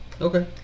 Okay